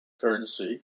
Currency